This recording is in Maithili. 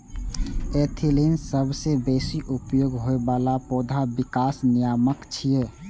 एथिलीन सबसं बेसी उपयोग होइ बला पौधा विकास नियामक छियै